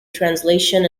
translation